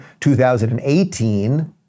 2018